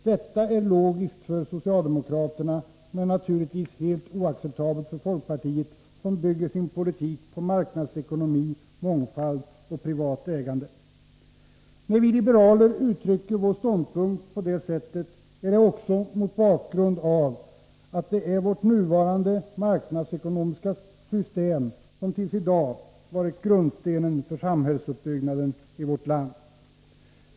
Detta är logiskt för socialdemokraterna, men naturligtvis helt oacceptabelt för folkpartiet, som bygger sin politik på marknadsekonomi, mångfald och privat ägande.” När vi liberaler uttrycker vår ståndpunkt på det sättet är det också mot bakgrund av att det är vårt nuvarande marknadsekonomiska system som till i dag varit grundstenen för samhällsuppbyggnaden i vårt land.